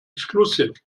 exclusive